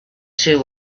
two